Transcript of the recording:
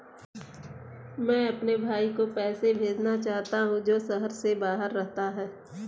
मैं अपने भाई को पैसे भेजना चाहता हूँ जो शहर से बाहर रहता है